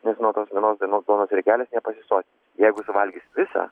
nes nuo tos vienos dienos duonos riekelės nepasisotins jeigu suvalgys visą